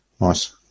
Nice